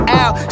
out